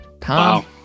Tom